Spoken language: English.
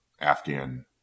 afghan